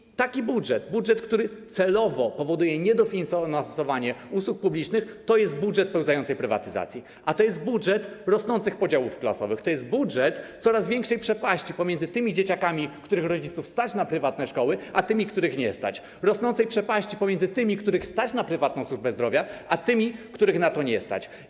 I taki budżet, który celowo powoduje niedofinansowanie usług publicznych, to jest budżet pełzającej prywatyzacji, to jest budżet rosnących podziałów klasowych, to jest budżet coraz większej przepaści pomiędzy tymi dzieciakami, których rodziców stać na prywatne szkoły, a tymi, których rodziców nie stać, rosnącej przepaści pomiędzy tymi, których stać na prywatną służbę zdrowia, a tymi, których na to nie stać.